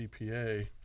CPA